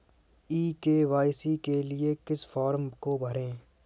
ई KYC के लिए किस फ्रॉम को भरें?